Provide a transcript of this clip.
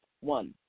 one